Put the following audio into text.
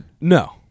No